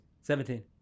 Seventeen